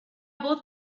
voz